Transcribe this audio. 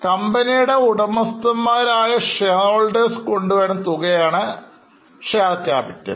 കമ്പനിയുടെ ഉടമസ്ഥൻ മാരായ Shareholdersകൊണ്ടുവരുന്ന തുകയാണ് ഷെയർ ക്യാപിറ്റൽ